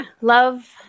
Love